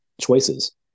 choices